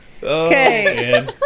Okay